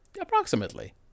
Approximately